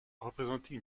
représentait